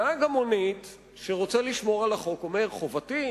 נהג המונית שרוצה לשמור על החוק אומר: חובתי,